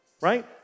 right